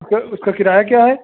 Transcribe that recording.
sir उसका किराया क्या है